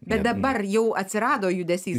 bet dabar jau atsirado judesys